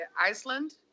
Iceland